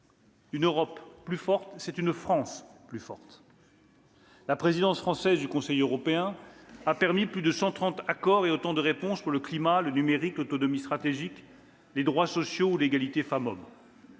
Une Europe plus forte, c'est une France plus forte. « La présidence française du Conseil de l'Union européenne (PFUE) a permis plus de 130 accords et autant de réponses pour le climat, le numérique, l'autonomie stratégique, les droits sociaux ou encore l'égalité femme-homme.